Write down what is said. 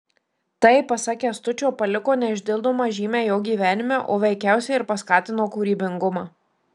tai pasak kęstučio paliko neišdildomą žymę jo gyvenime o veikiausiai ir paskatino kūrybingumą